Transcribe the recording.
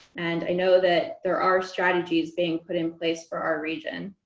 and i know that there are strategies being put in place for our region.